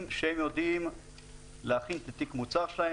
שהם יודעים להכין את תיק המוצר שלהם,